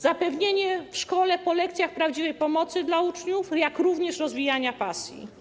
Zapewnienie w szkole po lekcjach prawdziwej pomocy dla uczniów, jak również rozwijania pasji.